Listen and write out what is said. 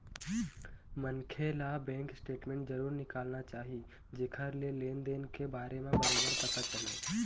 मनखे ल bank statement जरूर निकालना चाही जेखर ले लेन देन के बारे म बरोबर पता चलय